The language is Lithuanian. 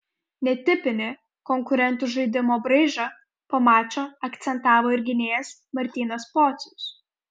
netipinį konkurentų žaidimo braižą po mačo akcentavo ir gynėjas martynas pocius